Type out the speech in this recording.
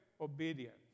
obedience